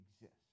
exist